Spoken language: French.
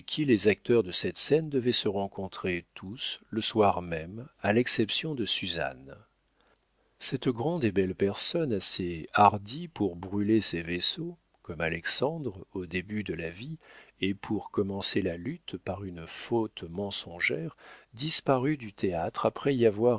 les acteurs de cette scène devaient se rencontrer tous le soir même à l'exception de suzanne cette grande et belle personne assez hardie pour brûler ses vaisseaux comme alexandre au début de la vie et pour commencer la lutte par une faute mensongère disparut du théâtre après y avoir